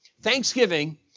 Thanksgiving